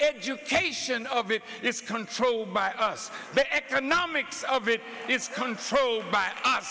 education of it is controlled by us the economics of it it's console by us